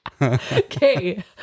okay